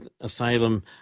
asylum